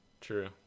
True